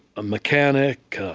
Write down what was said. a mechanic,